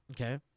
okay